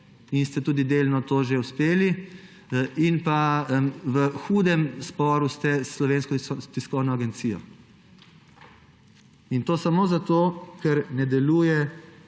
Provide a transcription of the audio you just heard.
in ste tudi delno že uspeli ter v hudem sporu ste s Slovensko tiskovno agencijo. In to samo zato, ker ne deluje